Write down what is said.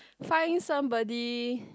find you somebody